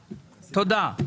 תודה.